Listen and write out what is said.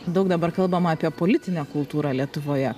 daug dabar kalbama apie politinę kultūrą lietuvoje